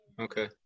Okay